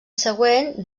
següent